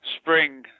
spring